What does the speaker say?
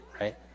right